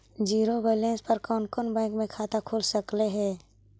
Zero balance पर कोन कोन बैंक में खाता खुल सकले हे?